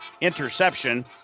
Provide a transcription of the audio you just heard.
interception